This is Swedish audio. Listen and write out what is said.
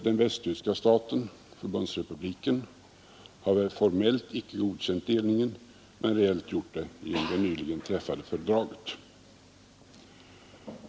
Den västtyska staten, förbundsrepubliken, har väl formellt icke godkänt delningen men reellt gjort det genom det nyligen träffade fördraget.